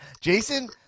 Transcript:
Jason